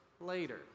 later